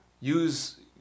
use